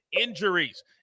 injuries